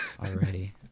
already